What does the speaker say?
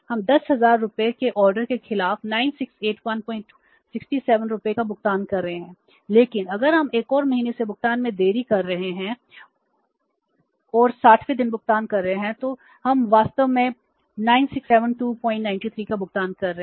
हम 10000 रुपये के ऑर्डर के खिलाफ 968167 रुपये का भुगतान कर रहे हैं लेकिन अगर हम एक और महीने से भुगतान में देरी कर रहे हैं और 60 वें दिन भुगतान कर रहे हैं तो हम वास्तव में 967293 का भुगतान कर रहे हैं